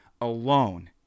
alone